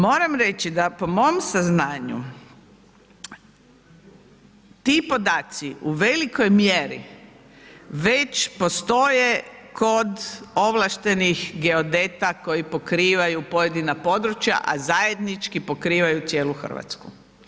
Moram reći da po mom saznanju, ti podaci u velikoj mjeri već postoje kod ovlaštenih geodeta koji pokrivaju pojedina područja, a zajednički pokrivaju cijelu Hrvatsku.